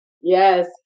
Yes